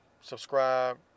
Subscribe